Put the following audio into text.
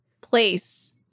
place